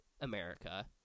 America